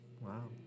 wow